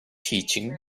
teaching